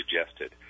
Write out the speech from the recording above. suggested